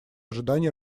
ожиданий